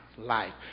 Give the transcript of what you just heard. life